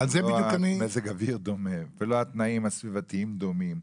לא מזג האוויר דומה ולא התנאים הסביבתיים דומים.